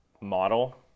model